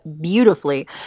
beautifully